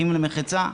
אחים למחצה,